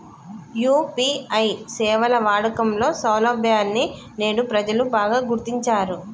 UPI సేవల వాడకంలో సౌలభ్యాన్ని నేడు ప్రజలు బాగా గుర్తించారు